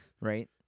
right